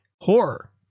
horror